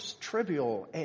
trivial